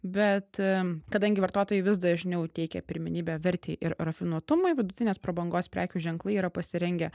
bet kadangi vartotojai vis dažniau teikia pirmenybę vertei ir rafinuotumui vidutinės prabangos prekių ženklai yra pasirengę